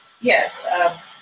Yes